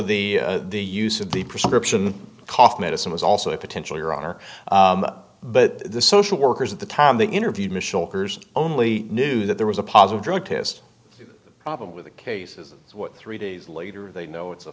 the the use of the prescription cough medicine was also a potential your honor but the social workers at the time they interviewed mitchell hers only knew that there was a positive drug test problem with the cases what three days later they know it's a